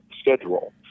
schedule